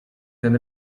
ten